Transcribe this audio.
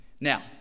Now